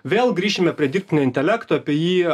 vėl grįšime prie dirbtinio intelekto apie jį